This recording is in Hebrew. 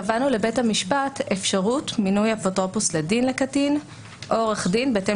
קבענו לבית המשפט אפשרות מינוי אפוטרופוס לדין לקטין או עורך דין בהתאם